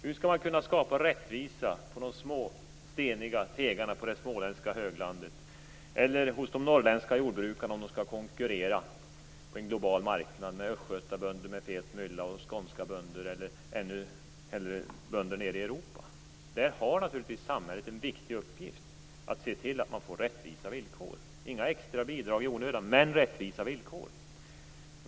Hur skall man kunna skapa rättvisa på de små, steniga tegarna på det småländska höglandet eller hos de norrländska jordbrukarna om de skall konkurrera på en global marknad med östgötabönder med fet mylla och med skånska bönder - för att inte tala om bönder nere i Europa? Där har naturligtvis samhället en viktig uppgift; att se till att man får rättvisa villkor. Det handlar inte om extra bidrag i onödan, men det handlar om rättvisa villkor.